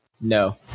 No